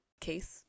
case